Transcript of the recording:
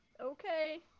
Okay